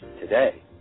today